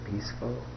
peaceful